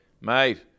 mate